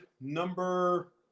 number